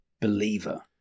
Believer